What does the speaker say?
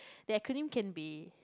the acronym can be